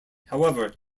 however